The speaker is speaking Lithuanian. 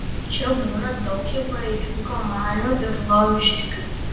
čia būna daug įvairių kamanių ir laumžirgių